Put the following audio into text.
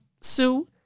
Sue